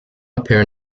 appear